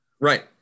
Right